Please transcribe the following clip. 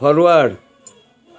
forward